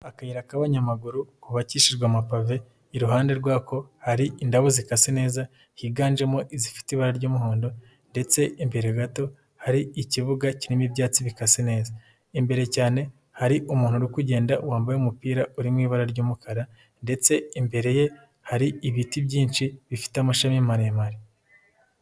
Akayira k'abanyamagurubakishijwe amapave, iruhande rwako hari indabo zikase neza higanjemo ifite ibara ry'umuhondo ndetse imbere gato hari ikibuga kirimo ibyatsi bikase neza, imbere cyane hari umuntu uri kugenda wambaye umupira uri mu ibara ry'umukara ndetse imbere ye hari ibiti byinshi bifite amashami maremare.